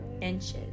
inches